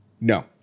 No